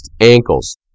ankles